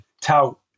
tout